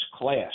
class